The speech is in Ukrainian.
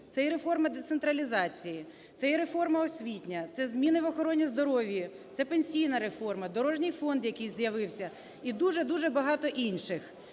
Це і реформи децентралізації, це і реформа освітня, це зміни в охороні здоров'я, це пенсійна реформа, дорожній фонд, який з'явився і дуже-дуже багато інших.